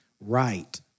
right